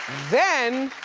then,